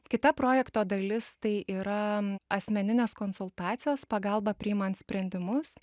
kita projekto dalis tai yra asmeninės konsultacijos pagalba priimant sprendimus